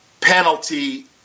penalty